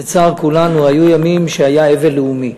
לצער כולנו, היו ימים שהיו אבל לאומי,